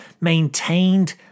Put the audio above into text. maintained